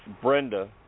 Brenda